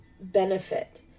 benefit